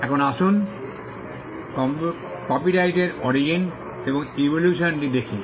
এখন আসুন কপিরাইটের অরিজিন এবং ইভোল্যুশনটি দেখি